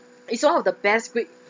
it's one of the best greek